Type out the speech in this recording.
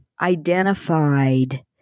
identified